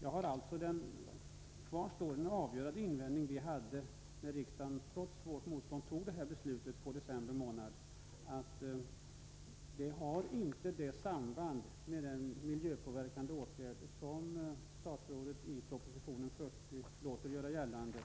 Vi har fortfarande den avgörande invändning vi hade när riksdagen trots vårt motstånd fattade beslutet i december månad, dvs. att denna avgift inte har samband med den miljöpåverkande åtgärd som statsrådet i proposition 40 låter göra gällande.